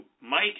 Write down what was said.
Mike